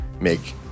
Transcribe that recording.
make